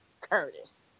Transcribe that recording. Curtis